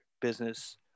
business